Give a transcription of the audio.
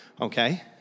Okay